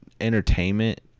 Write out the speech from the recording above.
entertainment